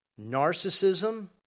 narcissism